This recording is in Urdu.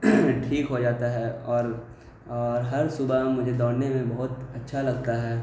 ٹھیک ہو جاتا ہے اور اور ہر صبح مجھے دوڑنے میں بہت اچھا لگتا ہے